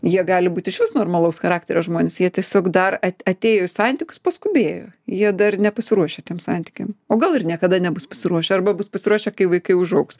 jie gali būti išvis normalaus charakterio žmonės jie tiesiog dar atėjo į santykius paskubėjo jie dar nepasiruošę tiems santykiam o gal ir niekada nebus pasiruošę arba bus pasiruošę kai vaikai užaugs